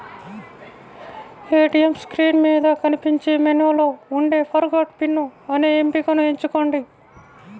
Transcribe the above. ATM screen మీద కనిపించే మెనూలో ఉండే ఫర్గాట్ పిన్ అనే ఎంపికను ఎంచుకోండి